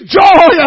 joy